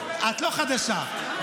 את לא חדשה,